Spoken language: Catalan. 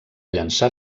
llançar